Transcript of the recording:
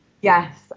Yes